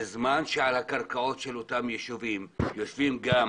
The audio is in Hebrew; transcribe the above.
בזמן שעל הקרקעות של אותם יישובים יושבים גם